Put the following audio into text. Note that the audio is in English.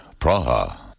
Praha